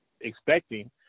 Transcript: expecting